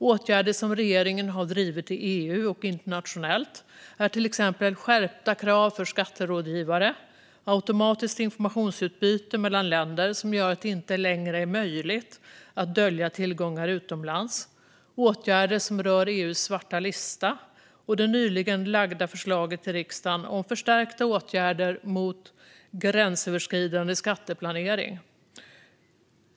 Åtgärder som regeringen har drivit i EU och internationellt är till exempel skärpta krav för skatterådgivare, automatiskt informationsutbyte mellan länder som gör att det inte längre är möjligt att dölja tillgångar utomlands, åtgärder som rör EU:s svarta lista och det nyligen framlagda förslaget till riksdagen om förstärkta åtgärder mot gränsöverskridande skatteplanering.